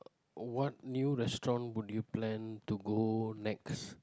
oh what new restaurant would you plan to go next